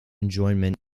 enjoyment